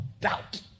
doubt